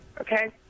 Okay